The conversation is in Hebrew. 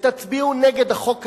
ותצביעו נגד החוק הזה,